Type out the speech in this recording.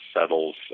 settles